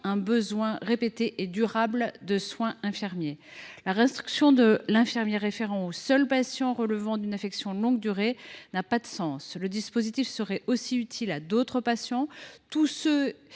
besoin répété et durable de soins infirmiers. La restriction de l’infirmier référent aux seuls patients relevant d’une affection de longue durée (ALD) n’a pas de sens : le dispositif serait aussi utile à d’autres patients, tous ceux